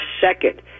second